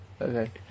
Okay